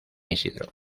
isidro